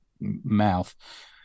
mouth